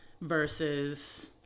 versus